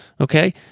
Okay